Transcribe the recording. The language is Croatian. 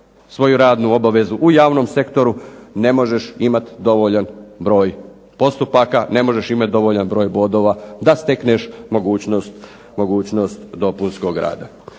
svoju radnu obavezu. U javnom sektoru ne možeš imati dovoljan broj postupak, ne možeš imati dovoljan broj bodova da stekneš mogućnost dopunskog rada.